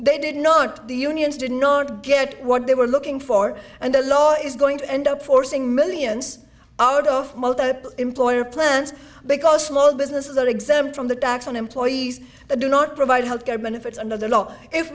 they did not the unions did not get what they were looking for and the law is going to end up forcing millions out of employer plans because small businesses are exempt from the docs on employees that do not provide health care benefits under the law if